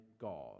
God